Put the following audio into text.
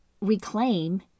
reclaim